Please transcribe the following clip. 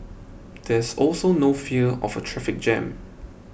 there's also no fear of a traffic jam